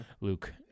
Luke